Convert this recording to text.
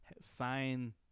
sign